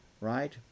right